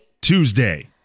Tuesday